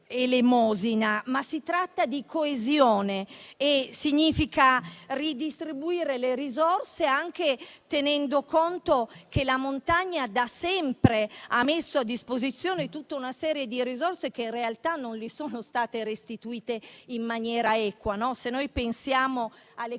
ma si tratta di coesione; significa ridistribuire le risorse, anche tenendo conto che la montagna da sempre ha messo a disposizione tutta una serie di risorse che in realtà non le sono state restituite in maniera equa. Pensiamo alle